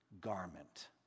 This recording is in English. garment